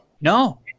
No